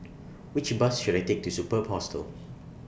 Which Bus should I Take to Superb Hostel